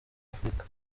afurika